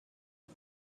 است